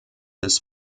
des